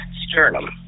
sternum